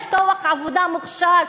יש כוח עבודה מוכשר,